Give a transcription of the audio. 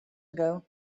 ago